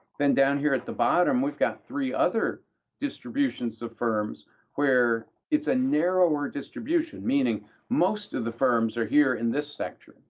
then down here at the bottom, we've got three other distributions of firms where it's a narrower distribution, meaning most of the firms are here in this sector.